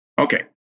Okay